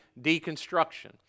deconstruction